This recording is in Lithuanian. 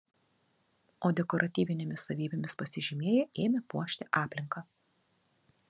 o dekoratyvinėmis savybėmis pasižymėję ėmė puošti aplinką